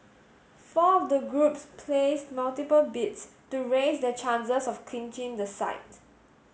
four of the groups placed multiple bids to raise their chances of clinching the site